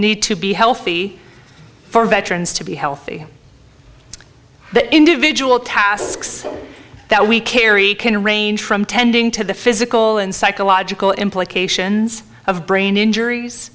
need to be healthy for veterans to be healthy the individual tasks that we carry can range from tending to the physical and psychological implications of brain injuries